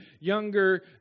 younger